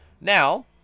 Now